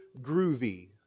groovy